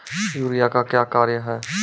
Urea का क्या कार्य हैं?